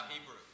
Hebrew